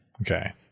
Okay